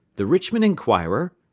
the richmond inquirer,